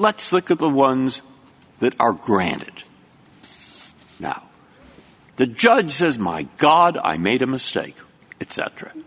let's look at the ones that are granted now the judge says my god i made a mistake it's true